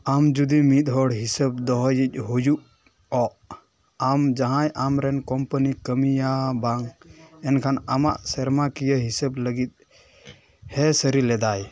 ᱟᱢ ᱡᱩᱫᱤ ᱢᱤᱫ ᱦᱚᱲ ᱦᱤᱥᱟᱹᱵ ᱫᱚᱦᱚᱭᱤᱡ ᱦᱩᱭᱩᱜ ᱚᱜ ᱟᱢ ᱡᱟᱦᱟᱸᱭ ᱟᱢ ᱨᱮᱱ ᱠᱳᱢᱯᱟᱱᱤ ᱠᱟᱹᱢᱤᱭᱟᱹ ᱵᱟᱝ ᱮᱱᱠᱷᱟᱱ ᱟᱢᱟᱜ ᱥᱮᱨᱢᱟᱠᱤᱭᱟᱹ ᱦᱤᱥᱟᱹᱵ ᱞᱟᱹᱜᱤᱫ ᱦᱮᱸ ᱥᱟᱹᱨᱤ ᱞᱮᱫᱟᱭ